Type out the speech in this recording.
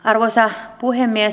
arvoisa puhemies